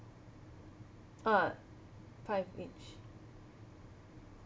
uh five each